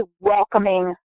welcoming